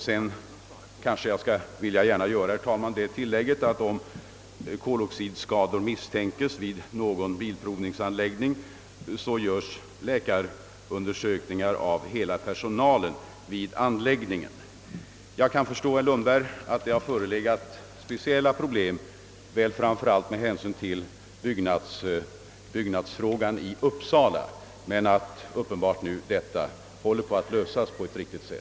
Sedan vill jag, herr talman, gärna göra det tillägget att om koloxidskador misstänks vid någon bilprovningsanläggning undersöks hela personalen av läkare. Jag kan förstå, herr Lundberg, att det med hänsyn till byggnadsfrågan föreligger speciella problem i Uppsala, men dessa håller nu på att lösas.